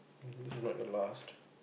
this is not your last